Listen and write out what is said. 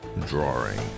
drawing